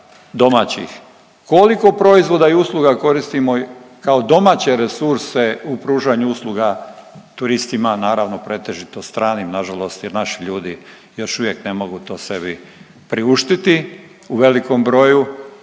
domaćih, koliko proizvoda i usluga koristimo kao domaće resurse u pružanju usluga turistima, naravno pretežito stranim jer naši ljudi još uvijek ne mogu to sebi priuštiti u velikom broju,